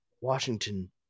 Washington